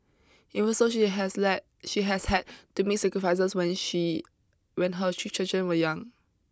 even so she has led she has had to make sacrifices when she when her three children were young